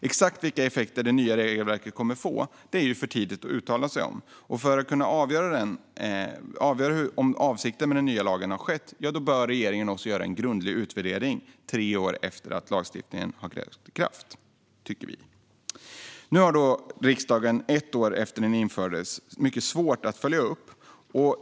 Exakt vilka effekter det nya regelverket kommer att få är för tidigt att uttala sig om. För att kunna avgöra om avsikten med den nya lagen har uppfyllts bör regeringen också göra en grundlig utvärdering tre år efter att lagstiftningen har trätt i kraft, tycker Vänsterpartiet. Nu har riksdagen efter att lagen infördes mycket svårt att följa upp den.